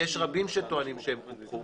ויש רבים שטוענים שהם קופחו,